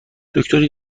دکتری